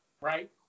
Right